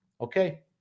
Okay